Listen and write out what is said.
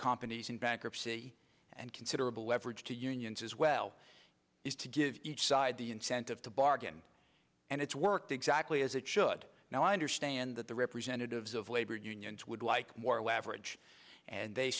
kompany and bankruptcy and considerable leverage to unions as well is to give each side the incentive to bargain and it's worked exactly as it should now i understand that the representatives of labor unions would like more leverage and they